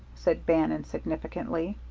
said bannon, significantly.